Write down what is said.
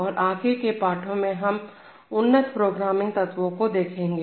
और आगे के पाठों में हम और उन्नत प्रोग्रामिंग तत्व को देखेंगे